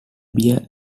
beer